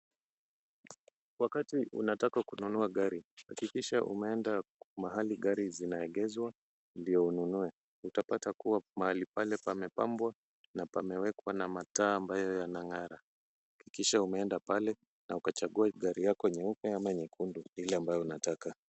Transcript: Wakati unataka kununua gari hakikisha umeenda mahali gari zinaegezwa ndio ununue utapata kuwa mahali pale pamepambwa na pamewekwa na mataa ambayo yanang'ara. Hakikisha umeenda pale na ukachague gari yako nyeupe ama nyekundu ile ambayo unataka.